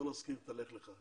לא להזכיר את ה-לך לך.